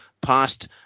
past